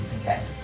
Okay